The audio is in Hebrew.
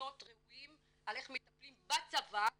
פתרונות ראויים על איך מטפלים בצבא בגזענות,